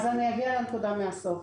אני אגיע לנקודה מהסוף.